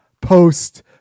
post